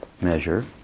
measure